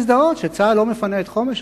להזדהות, שצה"ל לא מפנה את חומש.